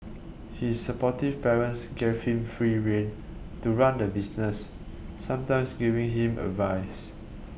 his supportive parents gave him free rein to run the business sometimes giving him advice